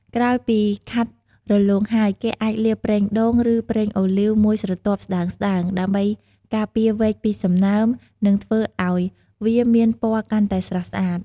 ក្រោយពីខាត់រលោងហើយ គេអាចលាបប្រេងដូង ឬប្រេងអូលីវមួយស្រទាប់ស្តើងៗ ដើម្បីការពារវែកពីសំណើម និងធ្វើឱ្យវាមានពណ៌កាន់តែស្រស់ស្អាត។